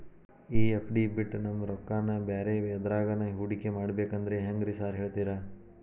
ಈ ಎಫ್.ಡಿ ಬಿಟ್ ನಮ್ ರೊಕ್ಕನಾ ಬ್ಯಾರೆ ಎದ್ರಾಗಾನ ಹೂಡಿಕೆ ಮಾಡಬೇಕಂದ್ರೆ ಹೆಂಗ್ರಿ ಸಾರ್ ಹೇಳ್ತೇರಾ?